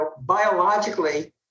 Biologically